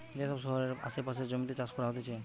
যে সব শহরের আসে পাশের জমিতে চাষ করা হতিছে